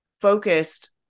focused